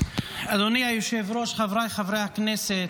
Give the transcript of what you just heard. היושב-ראש, חבריי חברי הכנסת,